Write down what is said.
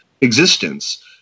existence